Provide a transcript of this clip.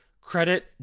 credit